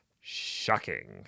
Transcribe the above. Shocking